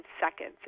seconds